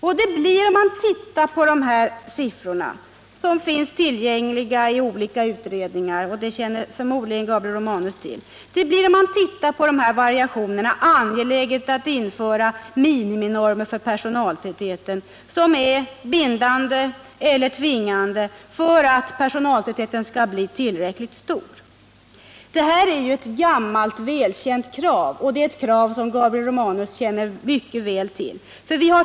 Om man tittar på dessa variationer — siffror finns tillgängliga i olika utredningar, vilket Gabriel Romanus förmodligen känner till — finner man det angeläget att 93 införa miniminormer för personaltätheten, vilka är bindande eller tvingande, för att personaltätheten skall bli tillräckligt stor. Detta är ett gammalt och välkänt krav, som Gabriel Romanus känner mycket väl till.